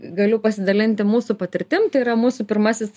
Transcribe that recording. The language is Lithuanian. galiu pasidalinti mūsų patirtim tai yra mūsų pirmasis